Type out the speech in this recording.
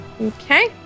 Okay